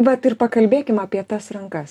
vat ir pakalbėkim apie tas rankas